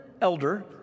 elder